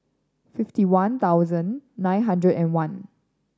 fifty one thousand nine hundred and one